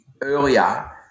earlier